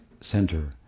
center